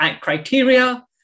criteria